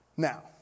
Now